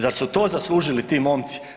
Zar su to zaslužili ti momci?